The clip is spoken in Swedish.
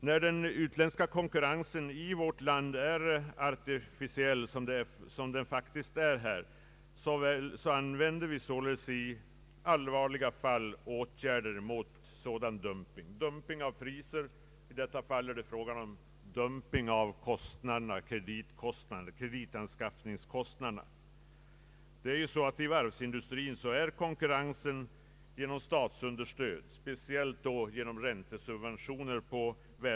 När den utländska konkurrensen har använt sig av konstlade konkurrensmetoder, har vi i vissa fall vidtagit åtgärder bl.a. mot dumping av priser. I detta fall är det fråga om dumping av kreditkostnaderna. Här förekommer således på världsmarknaden en artificiell konkurrens, särskilt då bestående av räntesubventionering.